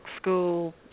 school